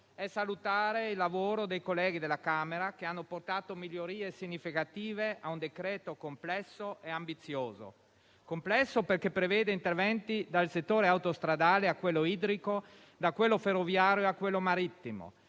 è salutare il lavoro dei colleghi della Camera, che hanno apportato migliorie significative a un decreto-legge complesso e ambizioso: complesso perché prevede interventi dal settore autostradale a quello idrico, da quello ferroviario a quello marittimo;